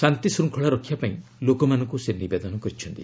ଶାନ୍ତିଶୃଙ୍ଖଳା ରକ୍ଷା ପାଇଁ ଲୋକମାନଙ୍କୁ ସେ ନିବେଦନ କରିଛନ୍ତି